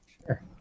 Sure